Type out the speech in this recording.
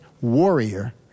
Warrior